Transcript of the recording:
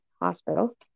Hospital